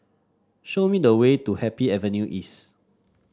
show me the way to Happy Avenue East